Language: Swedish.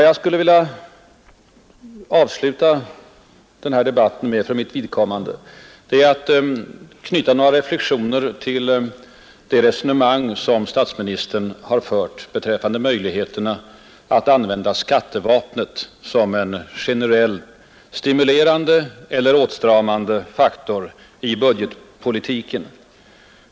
Jag vill avsluta den här debatten för mitt vidkommande med att knyta några reflexioner till det resonemang som statsministern har fört beträffande möjligheterna att använda skattevapnet som en generell — stimulerande eller åtstramande — faktor i budgetpolitiken.